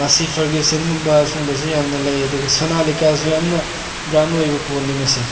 ꯃꯁꯤ ꯐꯔꯒꯨꯁꯟꯒꯨꯝꯕ ꯁꯨꯝꯕꯖꯦ ꯌꯥꯝꯅ ꯂꯩ ꯑꯗꯨꯒ ꯁꯣꯅꯥꯂꯤꯀꯥꯁꯨ ꯌꯥꯝꯅ ꯕ꯭ꯔꯥꯟ ꯑꯣꯏꯕ ꯄꯣꯠꯅꯦ ꯃꯁꯦ